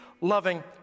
loving